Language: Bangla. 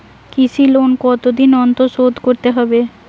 কৃষি লোন কতদিন অন্তর শোধ করতে হবে?